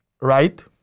right